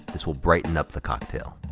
this will brighten up the cocktail.